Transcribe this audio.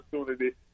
opportunity